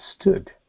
stood